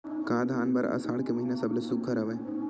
का धान बर आषाढ़ के महिना सबले सुघ्घर हवय?